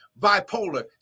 Bipolar